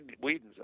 Whedon's